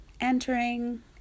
entering